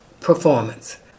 performance